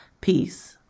peace